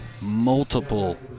multiple